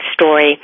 story